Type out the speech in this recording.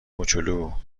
موچولو